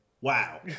wow